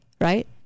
right